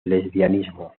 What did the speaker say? lesbianismo